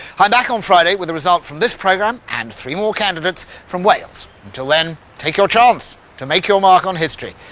i'm back on friday with the result from this program, and three more candidates from wales. until then, take your chance to make your mark on history.